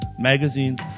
magazines